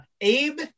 Abe